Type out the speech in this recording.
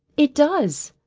it does,